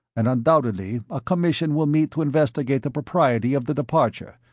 and undoubtedly a commission will meet to investigate the propriety of the departure.